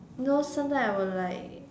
know sometime I will like